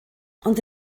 ond